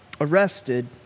arrested